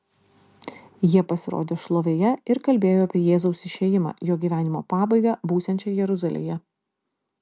jie pasirodė šlovėje ir kalbėjo apie jėzaus išėjimą jo gyvenimo pabaigą būsiančią jeruzalėje